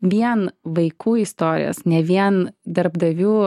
vien vaikų istorijos ne vien darbdavių